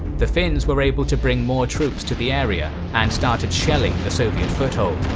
the finns were able to bring more troops to the area and started shelling the soviet foothold.